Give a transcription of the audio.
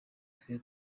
twe